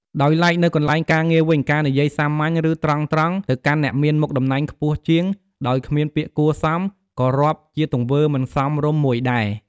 ដោយឡែកនៅកន្លែងការងារវិញ ការនិយាយសាមញ្ញ ឬ ត្រង់ៗ ទៅកាន់អ្នកមានមុខតំណែងខ្ពស់ជាងដោយគ្មានពាក្យគួរសមក៏រាប់ជាទង្វើមិនសមរម្យមួយដែរ។